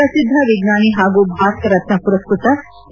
ಪ್ರಸಿದ್ಧ ವಿಜ್ಞಾನಿ ಹಾಗೂ ಭಾರತ ರತ್ನ ಪರುಸ್ಟತ ಸಿ